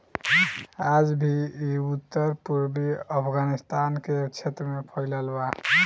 आज भी इ उत्तर पूर्वी अफगानिस्तान के क्षेत्र में फइलल बा